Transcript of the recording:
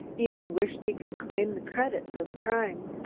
even wished he could claim the credit for the crime.